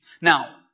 Now